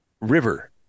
river